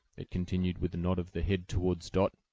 it continued, with a nod of the head towards dot,